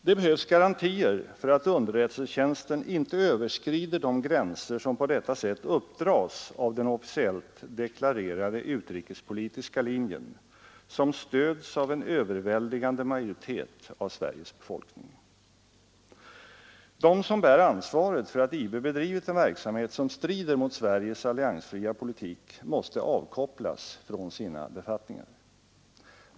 Det behövs garantier för att underrättelsetjänsten icke överskrider de gränser som på detta sätt uppdras av den officiellt deklarerade utrikespolitiska linjen, som stöds av en överväldigande majoritet av Sveriges befolkning. De som bär ansvaret för att IB bedrivit en verksamhet som strider mot Sveriges alliansfria politik måste avkopplas från sina befattningar.